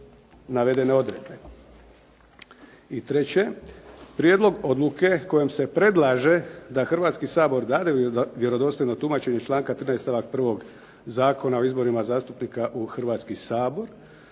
I treće. Prijedlog Odluke kojom se predlaže da Hrvatski sabor dade vjerodostojno tumačenje članka 13. stavak 1. Zakona o izborima zastupnika u Hrvatski sabor,